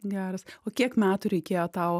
geras o kiek metų reikėjo tau